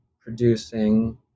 producing